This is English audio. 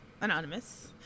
anonymous